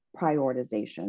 prioritization